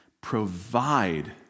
provide